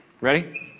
Ready